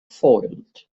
foiled